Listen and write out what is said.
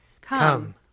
Come